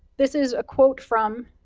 this is a quote from